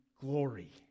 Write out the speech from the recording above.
glory